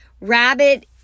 rabbit